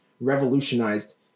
revolutionized